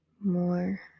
more